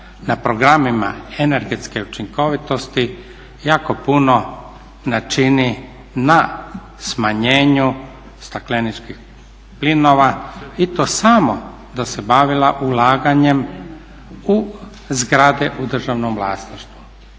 na programima energetske učinkovitosti jako puno načini na smanjenju stakleničkih plinova i to samo da se bavila ulaganjem u zgrade u državnom vlasništvu.